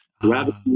gravity